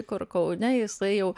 kur kaune jisai jau